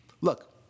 look